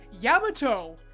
Yamato